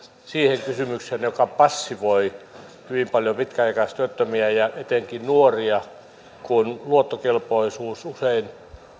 siihen kysymykseen että se passivoi hyvin paljon pitkäaikaistyöttömiä ja etenkin nuoria kun luottokelpoisuus usein